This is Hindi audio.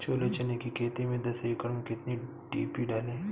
छोले चने की खेती में दस एकड़ में कितनी डी.पी डालें?